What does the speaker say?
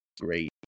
great